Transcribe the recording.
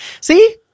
See